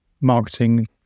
marketing